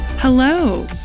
Hello